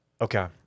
Okay